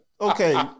okay